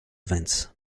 events